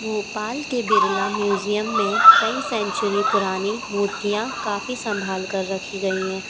भोपाल के बिरला म्यूज़ियम में कई सेंचुरी पुरानी मूर्तियाँ काफ़ीसम्भाल कर रखी गई हैं